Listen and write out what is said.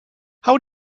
how